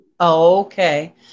Okay